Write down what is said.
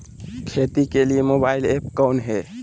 खेती के लिए मोबाइल ऐप कौन है?